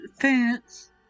fence